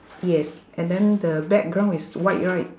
yes and then the background is white right